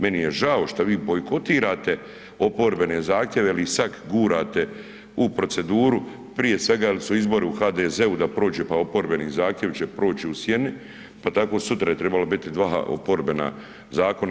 Meni je žao što vi bojkotirate oporbene zakone ili ih sada gurate u proceduru prije svega jer su izbori u HDZ-u da prođe pa oporbeni zahtjevi će proći u sjeni, pa tako sutra je trebalo biti dva oporbena zakona.